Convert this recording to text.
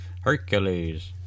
Hercules